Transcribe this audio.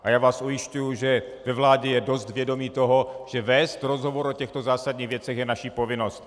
A já vás ujišťuji, že ve vládě je dost vědomí toho, že vést rozhovor o těchto zásadních věcech je naše povinnost.